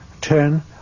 ten